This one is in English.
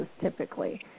typically